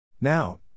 Now